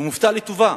ומופתע לטובה.